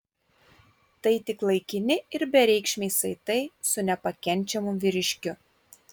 tai tik laikini ir bereikšmiai saitai su nepakenčiamu vyriškiu